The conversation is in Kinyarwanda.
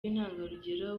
w’intangarugero